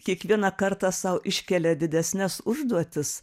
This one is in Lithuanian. kiekvieną kartą sau iškelia didesnes užduotis